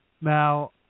Now